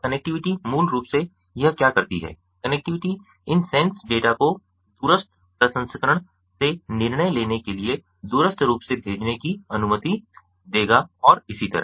और कनेक्टिविटी मूल रूप से यह क्या करती है कनेक्टिविटी इन सेंस डेटा को दूरस्थ प्रसंस्करण से निर्णय लेने के लिए दूरस्थ रूप से भेजने की अनुमति देगा और इसी तरह